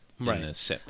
Right